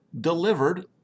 delivered